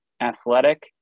athletic